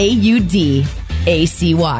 A-U-D-A-C-Y